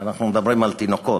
אנחנו מדברים על תינוקות,